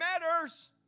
matters